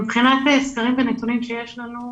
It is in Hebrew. מבחינת סקרים ונתונים שיש לנו,